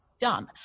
done